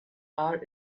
our